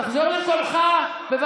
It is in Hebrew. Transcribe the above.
תחזור למקומך.